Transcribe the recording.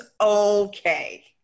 okay